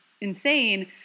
insane